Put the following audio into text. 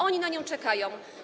One na nią czekają.